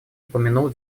упомянул